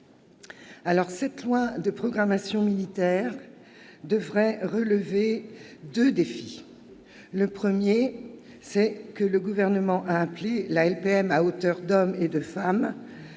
de loi de programmation militaire devait relever deux défis. Le premier, ce que le Gouvernement a appelé « la LPM à hauteur d'hommes et de femmes